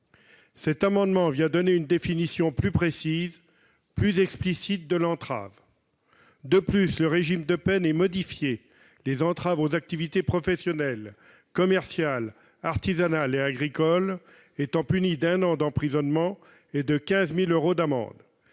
Cet amendement tend à donner une définition plus précise et plus explicite de l'entrave. De plus, le régime de peines est modifié : les entraves aux activités professionnelles, commerciales, artisanales et agricoles sont punies d'un an d'emprisonnement et de 15 000 euros d'amende,